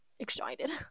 excited